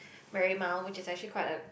Marymount which is actually quite a